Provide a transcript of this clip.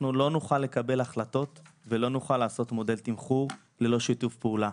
אנחנו לא נוכל לקבל החלטות ולא נוכל לעשות מודל תמחור ללא שיתוף פעולה.